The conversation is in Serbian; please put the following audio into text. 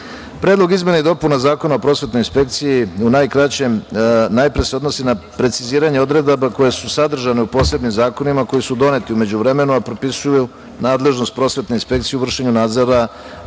izmene i dopune Zakona o prosvetnoj inspekciji u najkraćem najpre se odnosi na preciziranje odredaba koje su sadržane u posebnim zakonima koji su doneti u međuvremenu, a propisuju nadležnosti prosvetne inspekcije u vršenju nadzora